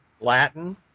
Latin